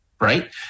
Right